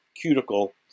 cuticle